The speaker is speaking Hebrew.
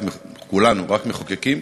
כולנו רק מחוקקים,